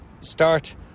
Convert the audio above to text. start